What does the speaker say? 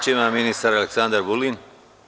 Reč ima ministar Aleksandar Vulin.